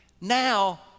now